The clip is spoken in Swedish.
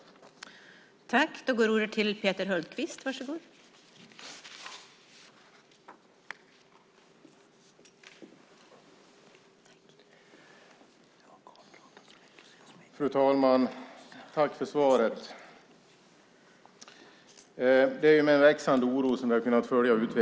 Då Carina Hägg, som framställt interpellationen, anmält att hon var förhindrad att närvara vid sammanträdet medgav andre vice talmannen att Peter Hultqvist i stället fick delta i överläggningen.